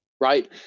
Right